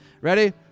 Ready